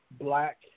black